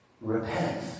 Repent